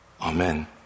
Amen